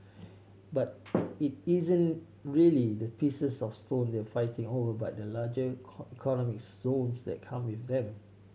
but it isn't really the pieces of stone they're fighting over but the larger economic zones that come with them